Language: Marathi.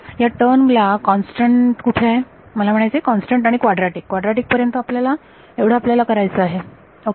ह्या टर्म ला कॉन्स्टंट कुठे आहे मला म्हणायचे आहे कॉन्स्टंट आणि क्वाड्राटिक क्वाड्राटिक पर्यंत एवढं आपल्याला करायचं आहे ओके